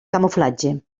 camuflatge